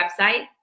website